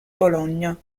bologna